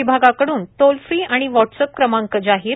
विभागाकडून टोलफ्री आणि व्हाट्सएप क्रमाक जाहीर